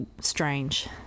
strange